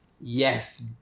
Yes